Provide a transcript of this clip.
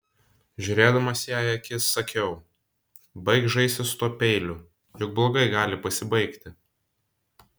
žiūrėdamas jai į akis sakiau baik žaisti su tuo peiliu juk blogai gali pasibaigti